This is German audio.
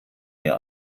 mir